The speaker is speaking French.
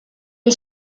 est